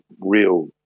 real